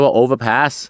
overpass